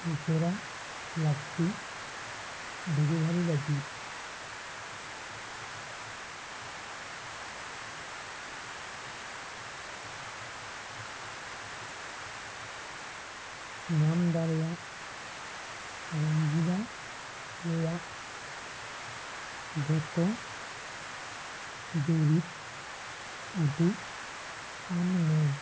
ᱩᱥᱟᱹᱨᱟ ᱞᱟᱹᱠᱛᱤ ᱰᱮᱞᱤᱵᱷᱟᱨᱤ ᱞᱟᱹᱜᱤᱫ ᱧᱟᱢᱫᱟᱲᱮᱭᱟᱜ ᱨᱚᱝᱜᱤᱞᱟ ᱨᱮᱱᱟᱜ ᱡᱷᱚᱛᱚ ᱫᱩᱨᱤᱵᱽ ᱩᱫᱩᱜ ᱟᱹᱧᱢᱮ